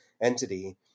entity